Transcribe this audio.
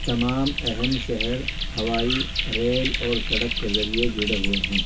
تمام اہم شہر ہوائی ریل اور سڑک کے ذریعے جڑے ہوئے ہیں